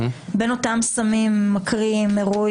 בין אותם סמים הרואין,